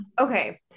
Okay